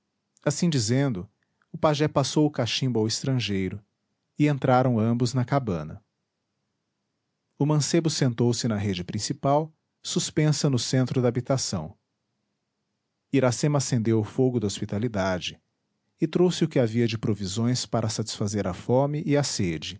assim dizendo o pajé passou o cachimbo ao estrangeiro e entraram ambos na cabana o mancebo sentou-se na rede principal suspensa no centro da habitação iracema acendeu o fogo da hospitalidade e trouxe o que havia de provisões para satisfazer a fome e a sede